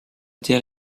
été